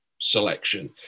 selection